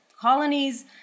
colonies